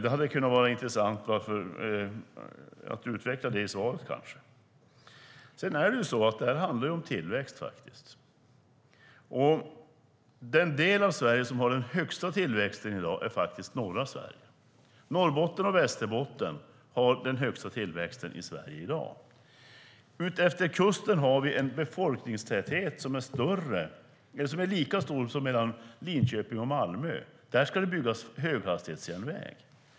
Det hade kanske varit intressant att få det utvecklat i svaret. Det handlar faktiskt om tillväxt. Den del av Sverige som har den största tillväxten i dag är norra Sverige. Norrbotten och Västerbotten har den största tillväxten i Sverige i dag. Utefter kusten är det en lika stor befolkningstäthet som mellan Linköping och Malmö. Där ska det byggas höghastighetsjärnväg.